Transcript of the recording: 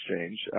Exchange